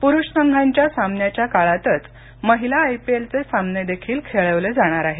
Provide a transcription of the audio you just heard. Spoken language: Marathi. पुरुष संघांच्या सामन्याच्या काळातच महिला आय पी एल चे सामने देखील खेळवले जाणार आहेत